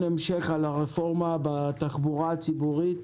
המשך על הרפורמה בתחבורה הציבורית,